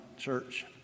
church